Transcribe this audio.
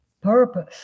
purpose